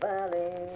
Valley